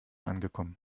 angekommen